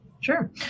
sure